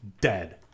dead